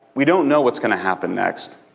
we don't know what's going to happen next.